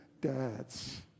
dads